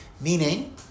Meaning